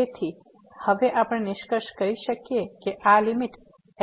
તેથી હવે આપણે નિષ્કર્ષ કરી શકીએ કે આ લીમીટ